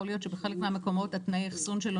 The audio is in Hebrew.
יכול להיות שבחלק מהמקומות תנאי האחסון שלו